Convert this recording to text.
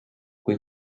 kui